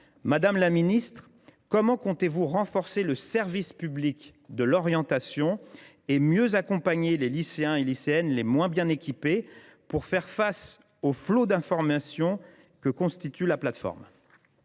Madame la ministre, comment comptez vous renforcer le service public de l’orientation et mieux accompagner les lycéens les moins bien préparés pour faire face au flot d’informations présent sur la plateforme ?